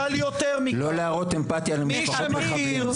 לא להראות אמפתיה למשפחות מחבלים,